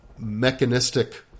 mechanistic